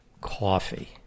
coffee